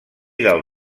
del